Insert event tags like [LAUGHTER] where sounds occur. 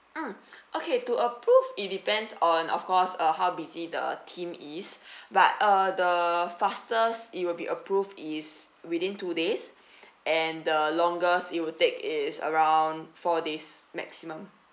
mm okay to approve it depends on of course uh how busy the team is [BREATH] but uh the fastest it will be approved is within two days [BREATH] and the longest it will take is around four days maximum